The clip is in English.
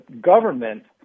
government